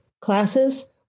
classes